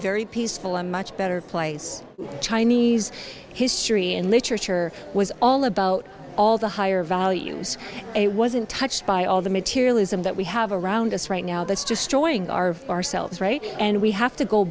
very peaceful a much better place chinese history and literature was all about all the higher values it was untouched by all the materialism that we have around us right now that's destroying our ourselves right and we have to go